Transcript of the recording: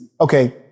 Okay